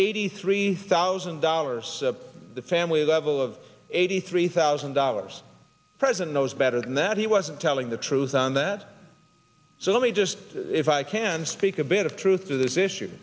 eighty three thousand dollars the family level of eighty three thousand dollars president knows better than that he wasn't telling the truth on that so let me just if i can speak a bit of truth to this issue